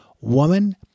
Woman